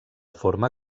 forma